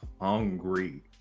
hungry